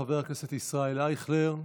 חבר הכנסת ישראל אייכלר,